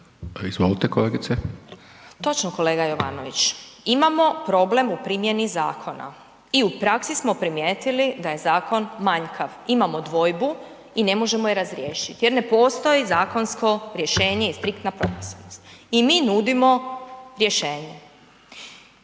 Točno kolega Jovanović, imamo problem u primjeni zakona i u praksi smo primijetili da je zakon manjkav, imamo dvojbu i ne možemo je razriješiti jer ne postoji zakonsko rješenje i striktna propisanost. I mi nudimo rješenje,